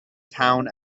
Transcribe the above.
town